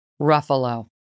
Ruffalo